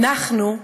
"אנחנו",